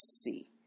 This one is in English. see